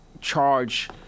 charge